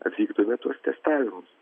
atvykdome tuos testavimus